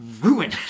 ruin